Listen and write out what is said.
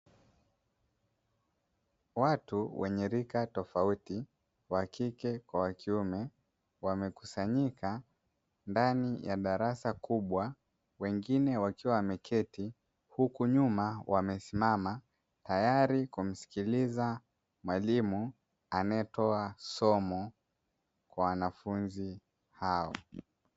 Watu wenye rika tofauti, wa kike kwa wa kiume, wamekusanyika ndani ya darasa kubwa, wengine wakiwa wameketi huku nyuma wamesimama, tayari kumsikiliza mwalimu anayetoa somo kwa wanafunzi hao.